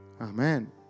Amen